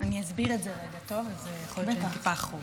אני אסביר את זה רגע, אז ייתכן שטיפה אחרוג.